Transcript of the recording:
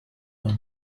were